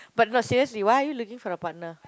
but no seriously why are you looking for a partner